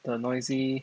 the noisy